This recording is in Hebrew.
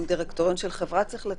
גם דירקטוריון של חברה צריך לתפקד,